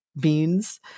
beans